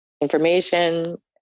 information